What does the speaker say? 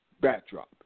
Backdrop